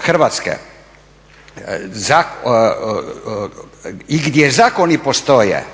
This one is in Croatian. Hrvatske i gdje zakoni postoje,